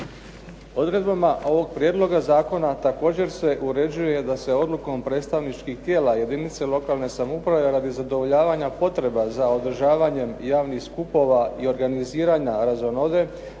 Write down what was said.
Odredbama ovog prijedloga zakona također se uređuje da se odlukom predstavničkih tijela jedinice lokalne samouprave radi zadovoljavanja potreba za održavanjem javnih skupova i organiziranja razonode,